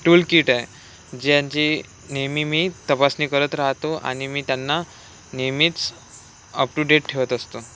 tool kit आहे ज्यांची नेहमी मी तपासणी करत राहतो आणि मी त्यांना नेहमीच अप टू डेट ठेवत असतो